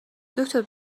دکتر